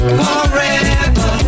forever